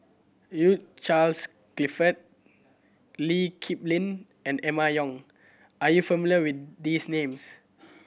Hugh Charles Clifford Lee Kip Lin and Emma Yong are you familiar with these names